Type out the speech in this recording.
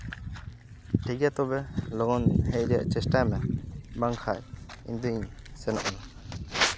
ᱴᱷᱤᱠ ᱜᱮᱭᱟ ᱛᱚᱵᱮ ᱞᱚᱜᱚᱱ ᱦᱮᱡ ᱨᱮᱭᱟᱜ ᱪᱮᱥᱴᱟᱭ ᱢᱮ ᱵᱟᱝᱠᱷᱟᱱ ᱤᱧ ᱫᱚᱧ ᱥᱮᱱᱚᱜ ᱠᱟᱱᱟ